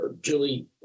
Julie